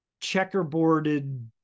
checkerboarded